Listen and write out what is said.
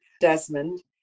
Desmond